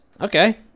Okay